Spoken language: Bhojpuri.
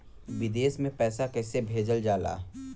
विदेश में पैसा कैसे भेजल जाला?